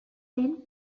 then